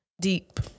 deep